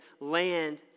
land